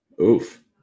Oof